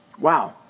Wow